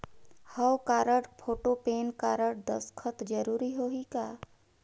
हव card, photo, PAN card, दस्खत जरूरी होही का?